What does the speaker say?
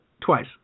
twice